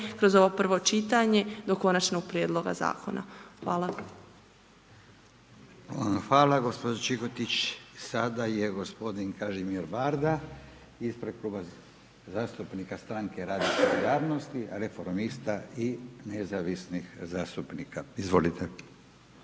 kroz ovo prvo čitanje, do konačnog prijedloga zakona. Hvala. **Radin, Furio (Nezavisni)** Hvala gospođo Čikotić, sada je gospodin Kažimir Varda ispred Kluba zastupnika Stranke rada i solidarnosti, reformista i nezavisnih zastupnika, izvolite.